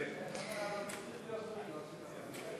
האמת שרציתי לדבר על "מגה",